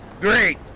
Great